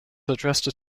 addressed